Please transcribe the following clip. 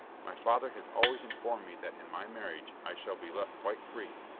my father has always informed me that in my marriage i shall be left quite free,